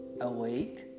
awake